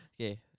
Okay